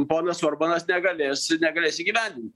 ponas orbanas negalės negalės įgyvendint